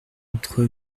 entre